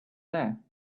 there